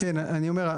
כן, אני אומר.